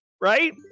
Right